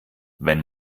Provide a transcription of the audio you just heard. wenn